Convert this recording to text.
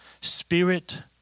spirit